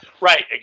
Right